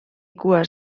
cues